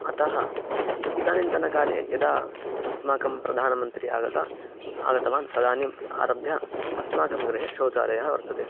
अतः इदानीन्तनकाले यदा अस्माकं प्रधानमन्त्री आगता आगतवान् तदानीम् आरभ्य अस्माकं गृहे शौचालयः वर्तते